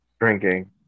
drinking